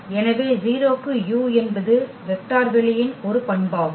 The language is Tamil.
எனவே 0 க்கு u என்பது வெக்டர் வெளியின் ஒரு பண்பாகும்